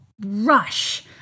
rush